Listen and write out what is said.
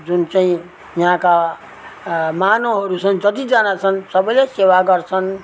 जुन चाहिँ यहाँका मानवहरू छन् जतिजना छन् सबैले सेवा गर्छन्